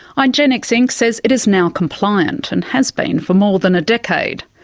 igenex inc says it is now compliant and has been for more than a decade.